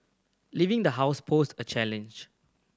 leaving the house posed a challenge